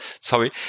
sorry